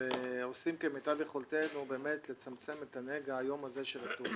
אנחנו עושים כמיטב יכולתנו לצמצם את נגע התאונות